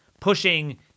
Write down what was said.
pushing